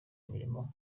imirimo